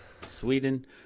Sweden